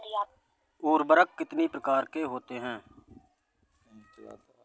उर्वरक कितनी प्रकार के होते हैं?